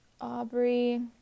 Aubrey